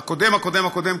הקודם-הקודם-הקודם,